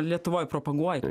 lietuvoj propaguoji